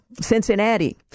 Cincinnati